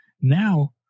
Now